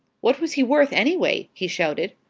what was he worth, anyway? he shouted.